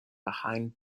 behind